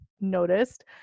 noticed